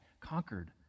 conquered